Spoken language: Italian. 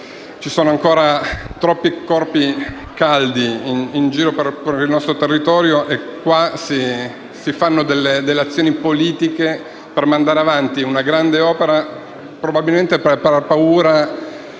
vi siano ancora troppi corpi caldi in giro sul nostro territorio, mentre qui si fanno azioni politiche per mandare avanti una grande opera, probabilmente per paura